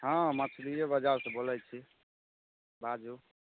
हँ मछलिये बजारसँ बोलय छी बाजू